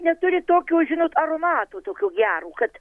neturi tokio žinot aromato tokio gero kad